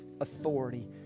authority